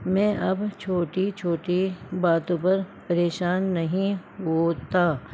میں اب چھوٹی چھوٹی باتوں پر پریشان نہیں ہوتا